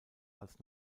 als